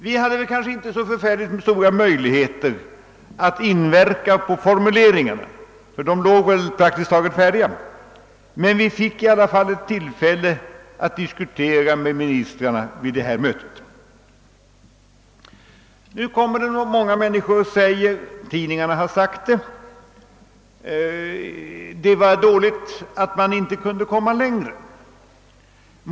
Vi hade kanske inte så stora möjligheter att inverka på formuleringarna, ty de förelåg praktiskt taget färdiga, men vi fick i alla fall ett tillfälle att diskutera med ministrarna vid detta möte. Nu kommer många människor och säger — tidningarna har gjort det — att det var dåligt att inte kunna komma längre.